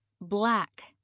black